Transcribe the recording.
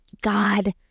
God